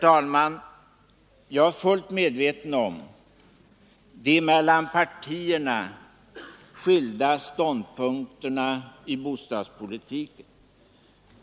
Jag är fullt medveten om att partierna har skilda ståndpunkter i bostadspolitiken.